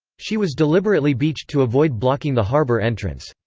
she was deliberately beached to avoid blocking the harbor entrance.